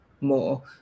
more